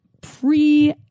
pre-